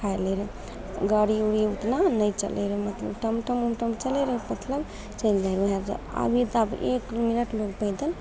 खाय लै रहय गाड़ी उड़ी उतना नहि चलय रहय मतलब टमटम उमटम चलय रहय मतलब चलि जाइ रहय अभी तऽ आब एक मिनट लोग पैदल